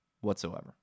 whatsoever